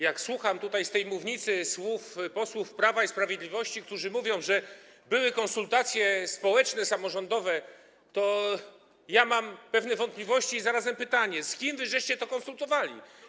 Jak słucham tutaj z tej mównicy słów posłów Prawa i Sprawiedliwości, którzy mówią, że były konsultacje społeczne, samorządowe, to mam pewne wątpliwości i zarazem pytanie: Z kim wy to konsultowaliście?